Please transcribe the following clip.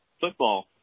football